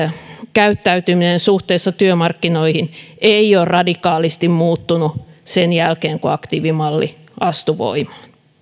käyttäytyminen suhteessa työmarkkinoihin ei ole radikaalisti muuttunut sen jälkeen kun aktiivimalli astui voimaan